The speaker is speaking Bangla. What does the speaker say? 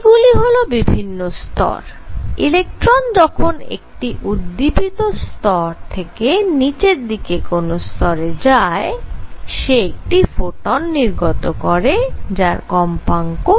এইগুলি হল বিভিন্ন স্তর ইলেকট্রন যখন একটি উদ্দীপিত শক্তি স্তর থেকে নিচের দিকের কোন স্তরে যায় সে একটি ফোটন নির্গত করে যার কম্পাঙ্ক